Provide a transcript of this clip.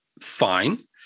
fine